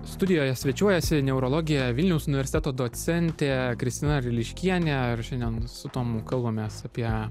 studijoje svečiuojasi neurologė vilniaus universiteto docentė kristina ryliškienė ir šiandien su tomu kalbamės apie